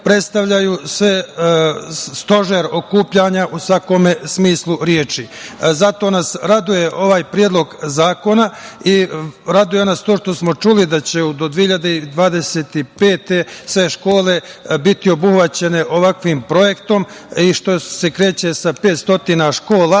predstavljaju stožer okupljanja u svakom smislu reči. Zato nas raduje ovaj predlog zakona i raduje nas to što smo čuli da će do 2025. godine sve škole biti obuhvaćene ovakvim projektom i što se kreće sa 500 škola. Pitao